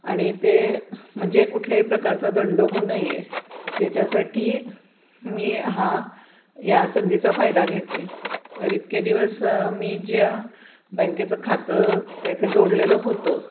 आणि ते म्हणजे कुठल्याही प्रकारचा दंड होऊ नये याच्यासाठी मी हा या संधीचा फायदा घेते तर इतके दिवस मी ज्या बँकेचं खातं त्याचे जोडलेलं होतं